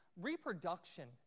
reproduction